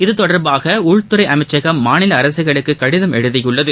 இது தொடர்பாக உள்துறை அமைச்சகம் மாநில அரசுகளுக்கு கடிதம் எழுதியுள்ளது